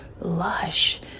lush